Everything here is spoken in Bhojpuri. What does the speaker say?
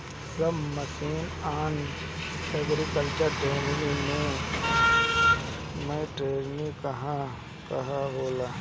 सब मिशन आन एग्रीकल्चर एक्सटेंशन मै टेरेनीं कहवा कहा होला?